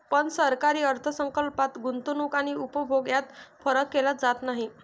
पण सरकारी अर्थ संकल्पात गुंतवणूक आणि उपभोग यात फरक केला जात नाही